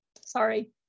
Sorry